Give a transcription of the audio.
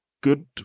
good